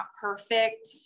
perfect